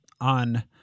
on